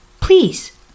please